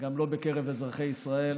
וגם לא בקרב אזרחי ישראל,